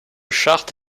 charte